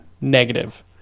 negative